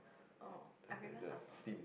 oh I prefer sambal